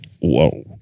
whoa